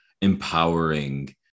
empowering